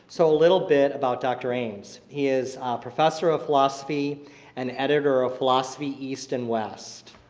so a little bit about dr. ames he is professor of philosophy and editor of philosophy east and west.